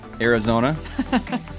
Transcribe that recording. Arizona